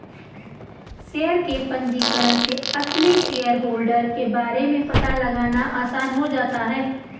share के पंजीकरण से असली शेयरहोल्डर के बारे में पता लगाना आसान हो जाता है